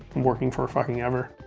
working for-fucking-ever.